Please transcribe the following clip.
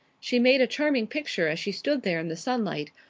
she made a charming picture as she stood there in the sunlight,